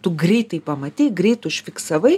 tu greitai pamatei greit užfiksavai